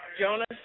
Jonas